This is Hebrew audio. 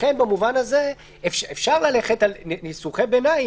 לכן במובן הזה אפשר ללכת על ניסוחי ביניים,